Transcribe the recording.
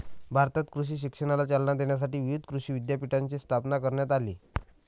भारतात कृषी शिक्षणाला चालना देण्यासाठी विविध कृषी विद्यापीठांची स्थापना करण्यात आली